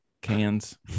cans